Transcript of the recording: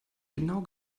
genau